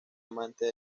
amante